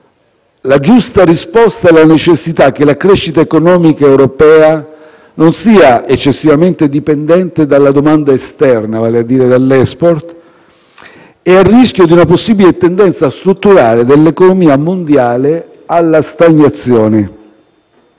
la giusta risposta alla necessità che la crescita economica europea non sia eccessivamente dipendente dalla domanda esterna, vale a dire dall'e*xport*, e al rischio di una possibile tendenza strutturale dell'economia mondiale alla stagnazione.